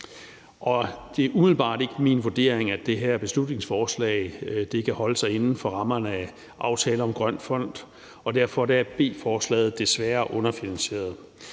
det er umiddelbart ikke min vurdering, at det her beslutningsforslag kan holde sig inden for rammerne af aftalen om en grøn fond, og derfor er B-forslaget desværre underfinansieret.